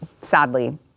sadly